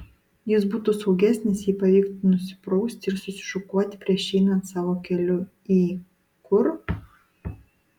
jis būtų saugesnis jei pavyktų nusiprausti ir susišukuoti prieš einant savo keliu į kur